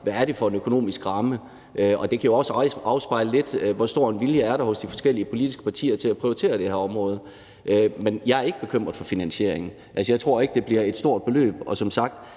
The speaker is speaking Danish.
hvad det er for en økonomisk ramme. Og det kan jo også lidt afspejle, hvor stor en vilje der er hos de forskellige politiske partier til at prioritere det her område. Men jeg er ikke bekymret for finansieringen. Altså, jeg tror ikke, det bliver et stort beløb,